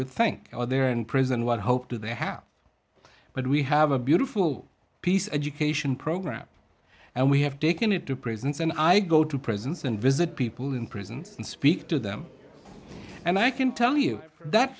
would think are there in prison what hope do they have but we have a beautiful piece education program and we have taken it to prisons and i go to prisons and visit people in prisons and speak to them and i can tell you that